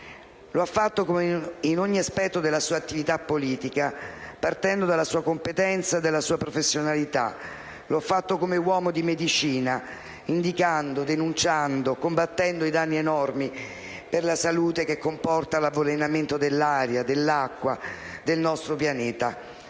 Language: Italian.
Lo ha fatto, come in ogni aspetto della sua attività politica, partendo dalla sua competenza e dalla sua professionalità. Lo ha fatto come uomo di medicina, indicando, denunciando e combattendo i danni enormi per la salute che comporta l'avvelenamento dell'aria e dell'acqua del nostro pianeta.